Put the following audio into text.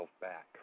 back